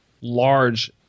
large